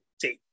date